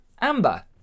Amber